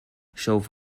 shove